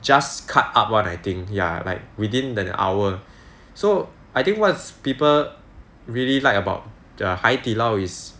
just cut up [one] I think ya like within an hour so I think what people really liked about the Haidilao is